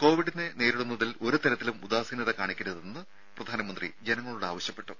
കോവിഡിനെ നേരിടുന്നതിൽ ഒരുതരത്തിലും ഉദാസീനത കാണിക്കരുതെന്ന് പ്രധാനമന്ത്രി ജനങ്ങളോട് ആവശ്യപ്പെട്ടു